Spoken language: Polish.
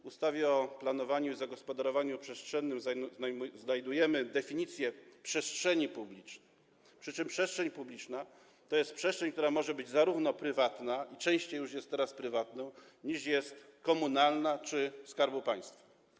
W ustawie o planowaniu i zagospodarowaniu przestrzennym znajdujemy definicję przestrzeni publicznej, przy czym przestrzeń publiczna to jest przestrzeń, która może być prywatna, i teraz częściej już jest prywatna niż komunalna czy Skarbu Państwa.